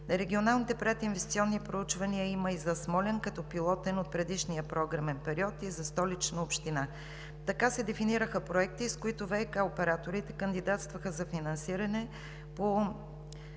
Регионални прединвестиционни проучвания има и за Смолян като пилотен от предишния програмен период и за Столична община. Така се дефинираха проекти, с които ВиК операторите кандидатстваха за финансиране по